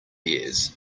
years